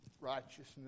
righteousness